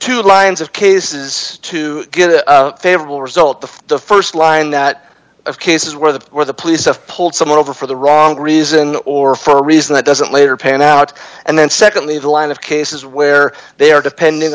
two lines of cases to get a favorable result of the st line that of cases where the or the police have pulled someone over for the wrong reason or for a reason that doesn't later pan out and then secondly the line of cases where they are depending